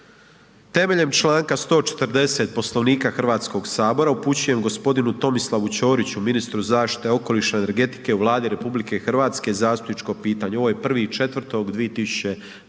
„Temeljem članka 140. Poslovnika Hrvatskoga sabora upućujem gospodinu Tomislavu Ćoriću, ministru zaštite okoliša i energetike u Vladi RH zastupničko pitanje.“, ovo je 1.4.2019.